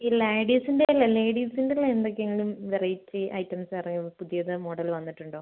ഈ ലാഡീസിൻ്റെ അല്ല ലേഡീസിൻറ്റേൽ എന്തൊക്കെ ആണ് വെറൈറ്റി ഐറ്റംസ് അറിയാമോ പുതിയത് മോഡൽ വന്നിട്ടുണ്ടോ